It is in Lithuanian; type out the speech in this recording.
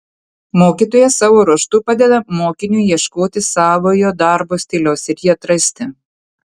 mokytojas savo ruožtu padeda mokiniui ieškoti savojo darbo stiliaus ir jį atrasti